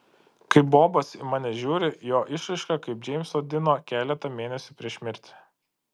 kai bobas į mane žiūri jo išraiška kaip džeimso dino keletą mėnesių prieš mirtį